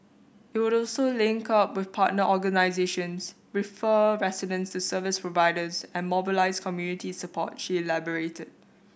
it would also link up with partner organisations refer residents to service providers and mobilise community support she elaborated